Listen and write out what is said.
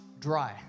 dry